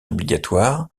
obligatoires